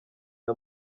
aya